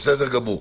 בסדר גמור.